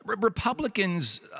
Republicans